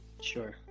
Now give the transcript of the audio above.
Sure